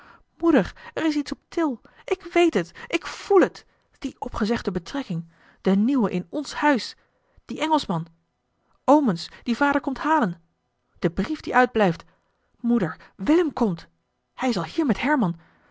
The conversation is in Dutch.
moeder er is iets op til ik weet het ik voel het die opgezegde betrekking de nieuwe in ons huis die engelschman omens die vader komt halen de brief die uitblijft moeder willem komt hij is al hier met herman